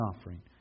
offering